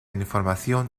información